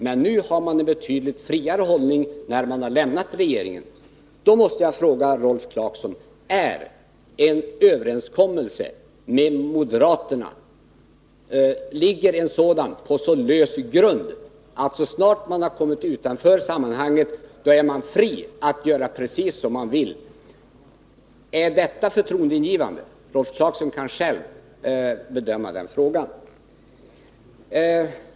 Men nu, när de har lämnat regeringen, har de intagit en betydligt friare hållning. Då måste jag fråga Rolf Clarkson: Vilar en överenskommelse med moderaterna på en sådan lös grund att man måste räkna med att de så snart de har kommit utanför ett sammanhang är fria att göra precis som de vill? Är detta förtroendeingivande? Rolf Clarkson får själv bedöma den frågan.